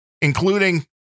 including